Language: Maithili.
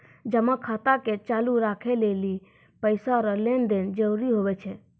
जमा खाता के चालू राखै लेली पैसा रो लेन देन जरूरी हुवै छै